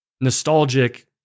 nostalgic